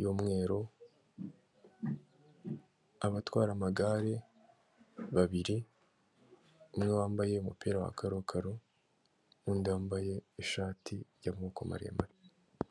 y'umweru, abatwara amagare babiri, umwe wambaye umupira wa karokaro, undi wambaye ishati yamaboko maremare.